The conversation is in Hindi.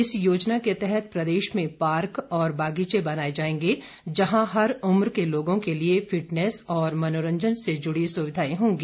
इस योजना के तहत प्रदेश में पार्क और बगीचे बनाए जाएंगे जहां हर उम्र के लोगों के लिए फिटनेस और मनोरंजन से जुड़ी सुविधाएं मुहैया होंगी